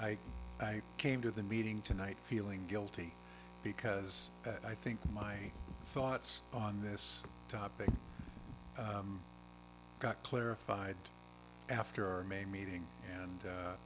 admit i came to the meeting tonight feeling guilty because i think my thoughts on this topic got clarified after our main meeting and